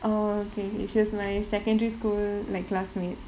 orh okay she was my secondary school like classmate